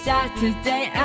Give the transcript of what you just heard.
Saturday